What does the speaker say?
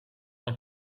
een